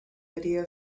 idea